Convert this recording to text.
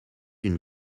une